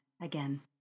again